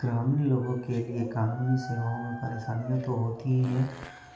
ग्रामीण लोगों के लिए कानूनी सेवाओं में परेशानियाँ तो होती ही हैं